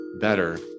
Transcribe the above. better